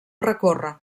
recorre